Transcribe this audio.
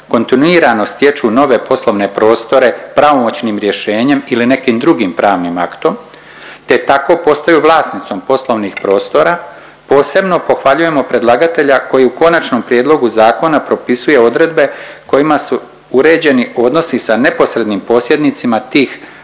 kontinuirano stječu nove poslovne prostore pravomoćnim rješenjem ili nekim drugim pravnim aktom te tako postaju vlasnicom poslovnih prostora, posebno pohvaljujemo predlagatelja koji u konačnom prijedlogu zakona propisuje odredbe kojima su uređeni odnosi sa neposrednim posjednicima tih